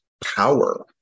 power